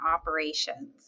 operations